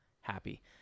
happy